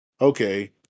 okay